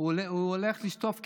הוא הולך לשטוף כלים.